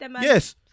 Yes